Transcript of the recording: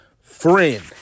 friend